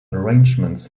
arrangements